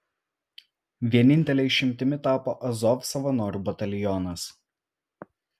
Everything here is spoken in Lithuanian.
vienintele išimtimi tapo azov savanorių batalionas